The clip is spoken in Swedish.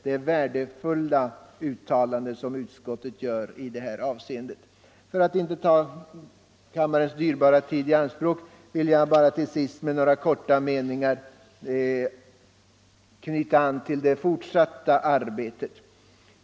Det är värdefulla uttalanden som utskottet gör i det här avseendet. För att inte ta kammarens dyrbara tid alltför mycket i anspråk vill jag till sist med bara några korta meningar knyta an till det fortsatta arbetet.